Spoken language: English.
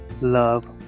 Love